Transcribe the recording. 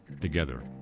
together